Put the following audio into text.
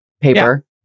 paper